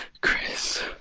Chris